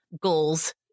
goals